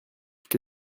que